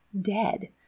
dead